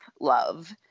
love